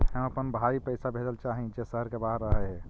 हम अपन भाई पैसा भेजल चाह हीं जे शहर के बाहर रह हे